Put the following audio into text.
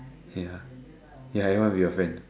ya ya I want to be your friend